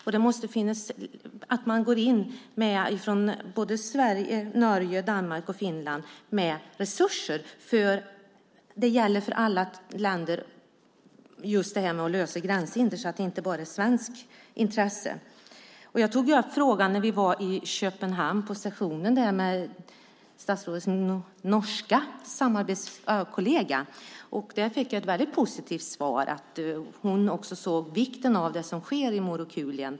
Man måste gå in med resurser från både Sverige, Norge, Danmark och Finland. Det gäller för alla länder att lösa gränshinder; det är inte bara av svenskt intresse. Jag tog upp frågan med statsrådets norska samarbetskollega när vi var på Nordiska rådets session i Köpenhamn och fick då ett mycket positivt svar. Hon såg vikten av det arbete som sker i Morokulien.